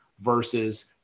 versus